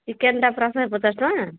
ଚିକେନ୍ଟା ପରା ଶହେ ପଚାଶ ଟଙ୍କା